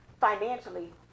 financially